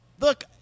look